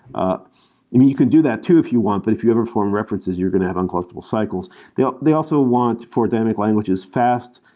ah and you you can do that, too, if you want, but if you ever form references, you're going to have uncollectible cycles they they also want for dynamic languages fast,